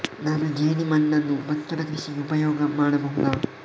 ನಾನು ಜೇಡಿಮಣ್ಣನ್ನು ಭತ್ತದ ಕೃಷಿಗೆ ಉಪಯೋಗ ಮಾಡಬಹುದಾ?